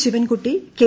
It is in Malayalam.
ശിവൻകുട്ടി കെ